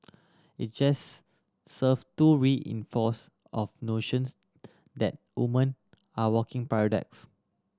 it just serve to reinforce of notions that woman are walking paradoxes